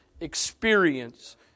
experience